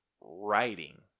Writing